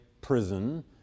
prison